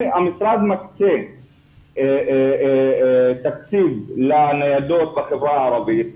המשרד מקצה תקציב לניידות בחברה הערבית,